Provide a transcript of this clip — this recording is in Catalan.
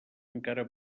encara